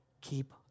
keep